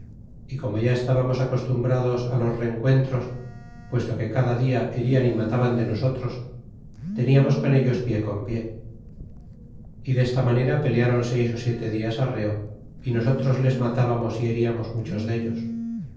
é como ya estábamos acostumbrados á los rencuentros puesto que cada dia herian y mataban de nosotros tentamos con ellos pie con pie y desta manera pelearon seis e siete dias arreo y nosotros les matábamos y hedamos muchos deltas